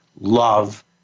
love